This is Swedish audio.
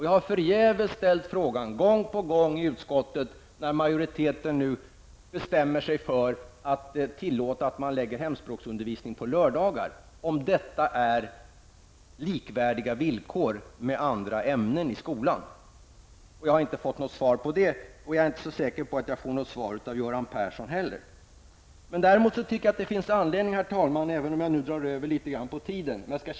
Jag har förgäves gång på gång ställt frågan i utskottet när majoriteten nu bestämt sig för att tillåta att hemspråksundervisning förläggs till lördagar: Är detta villkor som är likvärdiga jämfört med dem för andra ämnen i skolan? Jag har inte fått något svar på detta, och jag är heller inte så säker på att jag får något svar från Göran Persson heller. Herr talman! Jag drar nu över min anmälda taletid litet grand, men jag skall tjäna in den i nästa debatt i stället. Herr talman!